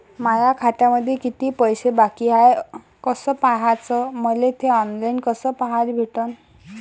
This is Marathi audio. माया खात्यामंधी किती पैसा बाकी हाय कस पाह्याच, मले थे ऑनलाईन कस पाह्याले भेटन?